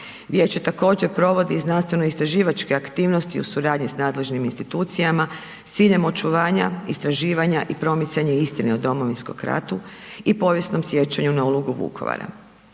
Vijeće također provodi i znanstveno istraživačke aktivnosti u suradnji s nadležnim institucijama s ciljem očuvanja, istraživanja i promicanja istine o Domovinskom ratu i povijesnom sjećanju na ulogu Vukovara.